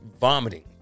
vomiting